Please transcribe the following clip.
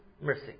mercy